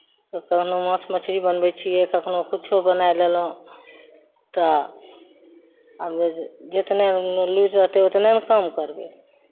कखनहु माँस मछली बनबै छियै कखनहु किछो बनाए लेलहुँ तऽ आब जितने ने लुरि रहतै उतने ने काम करबै